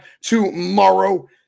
tomorrow